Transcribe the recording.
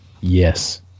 Yes